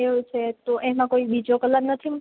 એવું છે તો એમાં કોઈ બીજો કલર નથી